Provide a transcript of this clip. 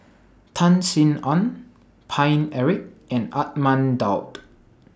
Tan Sin Aun Paine Eric and Ahmad Daud